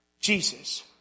Jesus